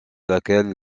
laquelle